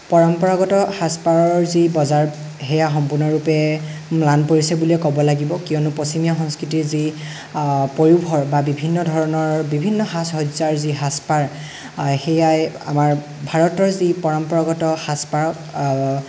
পৰম্পৰাগত সাজপাৰৰ যি বজাৰ সেয়া সম্পূৰ্ণৰূপে ম্লান পৰিছে বুলিয়েই ক'ব লাগিব কিয়নো পশ্চিমীয়া সংস্কৃতিৰ যি পয়োভৰ বা বিভিন্ন ধৰণৰ বিভিন্ন সাজ সজ্জাৰ যি সাজপাৰ সেয়াই আমাৰ ভাৰতৰ যি পৰম্পৰাগত সাজপাৰক